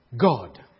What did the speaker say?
God